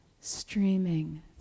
streaming